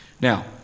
Now